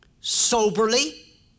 soberly